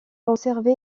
conservé